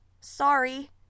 Sorry